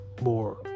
more